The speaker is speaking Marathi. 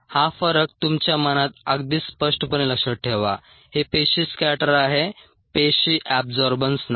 हा फरक तुमच्या मनात अगदी स्पष्टपणे लक्षात ठेवा हे पेशी स्कॅटर आहे पेशी एबजॉर्बन्स नाही